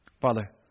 Father